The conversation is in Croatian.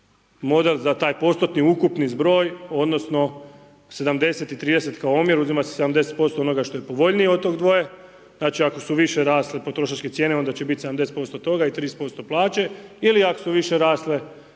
model za taj postotni ukupni zbroj odnosno 70 i 30 kao omjer uzima se 70% onoga što je povoljnije od tog dvoje, znači ako su više rasle potrošačke cijene onda će bit 70% i 30% plaće ili ako su više rasle